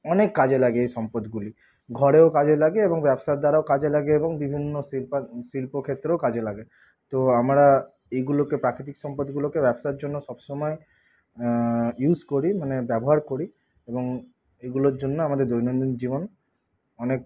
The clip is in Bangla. অনেক কাজে লাগে এই সম্পদগুলি ঘরেও কাজে লাগে এবং ব্যবসার দ্বারাও কাজে লাগে এবং বিভিন্ন শিল্পক্ষেত্রেও কাজে লাগে তো আমরা এইগুলোকে প্রাকৃতিক সম্পদগুলোকে ব্যবসার জন্য সবসময় ইউস করি মানে ব্যবহার করি এবং এইগুলোর জন্য আমাদের দৈনন্দিন জীবন অনেক